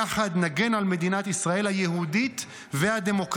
יחד נגן על מדינת ישראל היהודית והדמוקרטית,